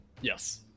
Yes